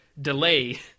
delay